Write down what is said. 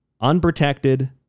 unprotected